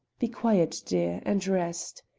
be quiet, dear, and rest.